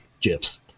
gifs